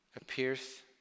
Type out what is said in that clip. appears